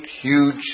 huge